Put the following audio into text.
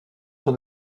sont